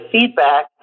feedback